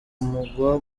mugwa